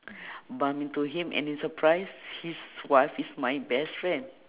bump into him and in surprised his wife is my best friend